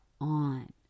on